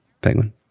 Penguin